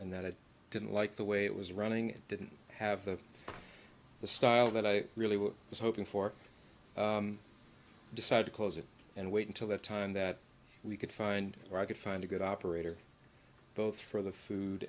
and that it didn't like the way it was running it didn't have the the style that i really was hoping for decided to close it and wait until the time that we could find where i could find a good operator both for the food